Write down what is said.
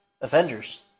Avengers